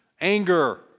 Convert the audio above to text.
Anger